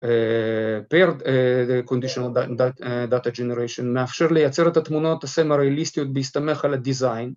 paired conditional data generation, מאפשר לייצר את התמונות, עושה מראי ליסטיות בהסתמך על ה-design